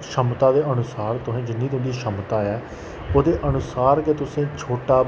क्षमता दे अनुसार तुसें जिन्नी तुंदी क्षमता ऐ ओह्दे अनुसार गै तुसें छोटा